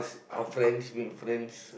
our friends make friends